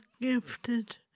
gifted